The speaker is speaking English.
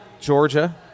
Georgia